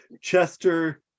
Chester